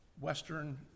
Western